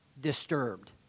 disturbed